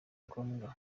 ngombwa